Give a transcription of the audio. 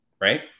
right